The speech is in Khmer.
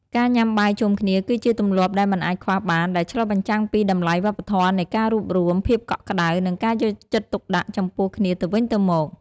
ការញ៉ាំបាយជុំគ្នាគឺជាទម្លាប់ដែលមិនអាចខ្វះបាន ដែលឆ្លុះបញ្ចាំងពីតម្លៃវប្បធម៌នៃការរួបរួម ភាពកក់ក្ដៅ និងការយកចិត្តទុកដាក់ចំពោះគ្នាទៅវិញទៅមក។